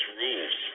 rules